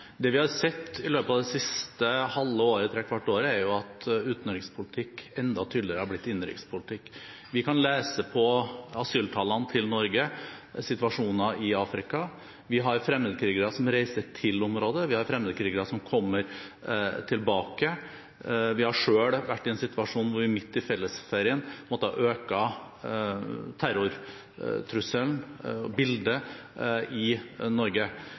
Det vi har sett i løpet av det siste halve–trekvart året, er at utenrikspolitikk enda tydeligere er blitt innenrikspolitikk. Vi kan lese det ut fra antall asylsøkere til Norge og situasjoner i Afrika. Vi har fremmedkrigere som reiser til områder, og vi har fremmedkrigere som kommer tilbake. Vi har selv vært i den situasjonen at vi midt i fellesferien måtte øke terrorberedskapen på grunn av trusselbildet i Norge.